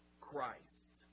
Christ